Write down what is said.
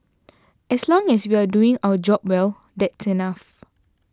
as long as we're doing our job well that's enough